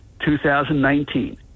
2019